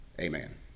amen